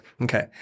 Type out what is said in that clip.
Okay